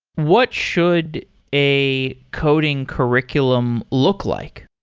what should a coding curriculum look like?